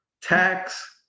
tax